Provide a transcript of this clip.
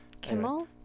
Kimmel